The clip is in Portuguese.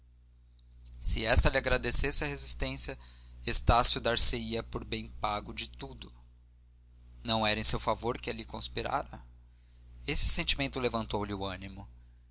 se esta lhe agradecesse a resistência estácio dar se ia por bem pago de tudo não era em seu favor que ele conspirara este pensamento levantou lhe o ânimo